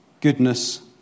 goodness